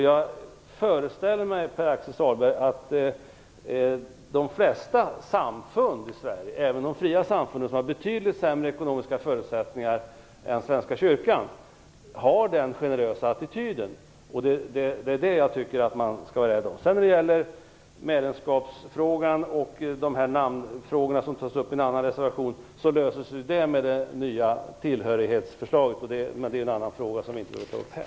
Jag föreställer mig, Pär-Axel Sahlberg, att de flesta samfund i Sverige, även de fria samfunden som har betydligt sämre ekonomiska förutsättningar än Svenska kyrkan, har den generösa attityden. Jag tycker att man skall vara rädd om det. Medlemskapsfrågan och namnfrågan, som tas upp i en annan reservation, löses med det nya tillhörighetsförslaget, men detta behöver vi inte ta upp här.